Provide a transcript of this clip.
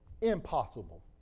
Impossible